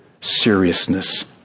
seriousness